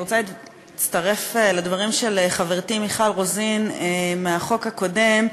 אני רוצה להצטרף לדברים של חברתי מיכל רוזן בדיון בחוק הקודם.